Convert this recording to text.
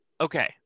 Okay